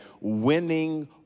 winning